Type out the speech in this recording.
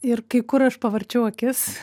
ir kai kur aš pavarčiau akis